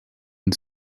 and